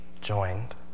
joined